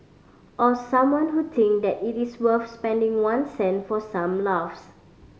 or someone who think that it is worth spending one cent for some laughs